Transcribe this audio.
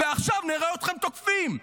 ועכשיו נראה אתכם תוקפים.